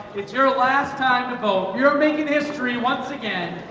it's your ah last time to go you're making history once again,